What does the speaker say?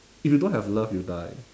if you don't have love you die